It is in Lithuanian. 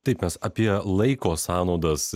taip mes apie laiko sąnaudas